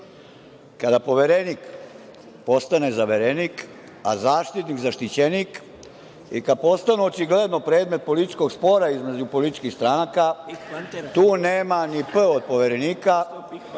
Kada poverenik postane zaverenik, a zaštitnik zaštićenik, i kada postanu očigledno predmet političkog spora između političkih stranaka, tu nema ni „p“ od poverenika,